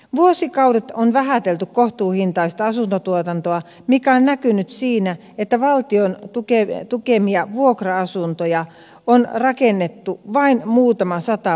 vuosikaudet on vähätelty kohtuuhintaista asuntotuotantoa mikä on näkynyt siinä että valtion tukemia vuokra asuntoja on rakennettu vain muutama sata vuodessa